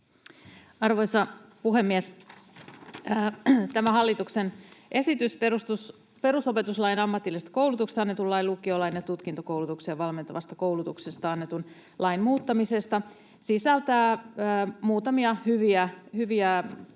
Arvoisa puhemies! Tämä hallituksen esitys perusopetuslain, ammatillisesta koulutuksesta annetun lain, lukiolain ja tutkintokoulutukseen valmentavasta koulutuksesta annetun lain muuttamisesta sisältää muutamia hyviä asioita ja